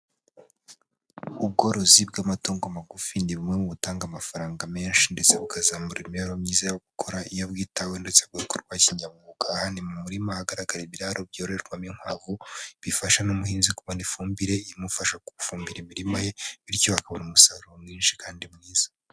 Ubworozi bw'amatungo magufi ni bumwe mu butanga amafaranga menshi ndetse bukazamura imibereho myiza yobabukora iyo bwitawe ndetse kinyamwuga. Aha ni mu murima hagaragara ibiraro byoroherwamo inkwavu bifasha n'umuhinzi kubona ifumbire imufasha gufumbira imirima ye, bityo akabona umusaruro mwinshi kandi mwiza.